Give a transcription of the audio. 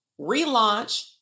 relaunch